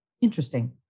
Interesting